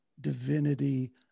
divinity